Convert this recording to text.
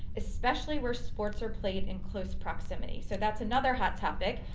especially where sports are played in close proximity. so that's another hot topic.